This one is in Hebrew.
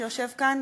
שיושב כאן,